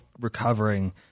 recovering